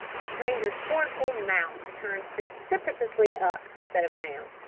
the stranger's scornful mouth turned precipitously up, instead of down.